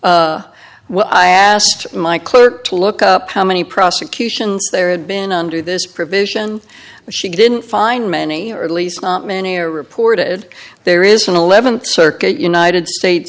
aliens well i asked my clerk to look up how many prosecutions there had been under this provision but she didn't find many or at least not many are reported there is an eleventh circuit united states